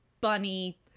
bunny